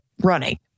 running